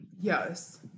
Yes